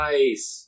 Nice